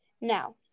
Now